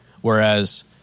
Whereas